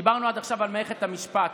דיברנו עד עכשיו על מערכת המשפט.